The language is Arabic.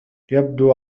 يبدو